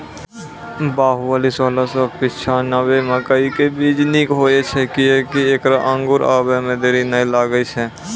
बाहुबली सोलह सौ पिच्छान्यबे मकई के बीज निक होई छै किये की ऐकरा अंकुर आबै मे देरी नैय लागै छै?